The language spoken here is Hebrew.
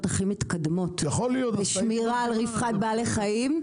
הכי מתקדמות בשמירה על רווחת בעלי החיים.